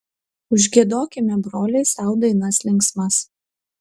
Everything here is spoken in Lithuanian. užgiedokime broliai sau dainas linksmas